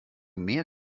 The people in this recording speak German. mehr